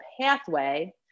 pathway